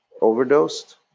overdosed